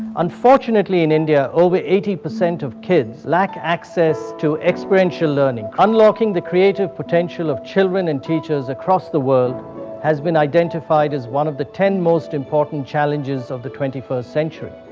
unfortunately, in india, over eighty percent of kids lack access to experiential learning. unlocking the creative potential of children and teachers across the world has been identified as one of the ten most important challenges of the twenty first century.